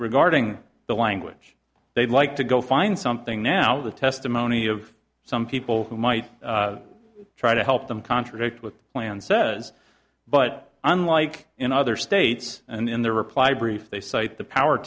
regarding the language they'd like to go find something now the testimony of some people who might try to help them contradict with the plan says but unlike in other states and in their reply brief they cite the power